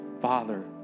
Father